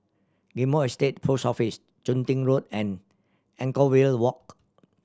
Ghim Moh Estate Post Office Chun Tin Road and Anchorvale Walk